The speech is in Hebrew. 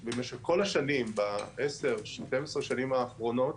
במשך כל השנים, ב-10, 12 שנים אחרונות,